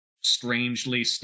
strangely